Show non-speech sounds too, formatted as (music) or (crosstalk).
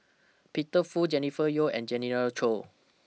Peter Fu Jennifer Yeo and (unintelligible) Choy